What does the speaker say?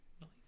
Nice